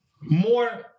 more